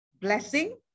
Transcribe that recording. blessing